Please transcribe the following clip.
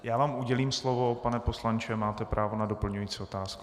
Já vám udělím slovo, pane poslanče, máte právo na doplňující otázku.